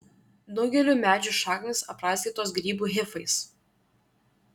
daugelio medžių šaknys apraizgytos grybų hifais